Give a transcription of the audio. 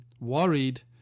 worried